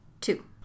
Two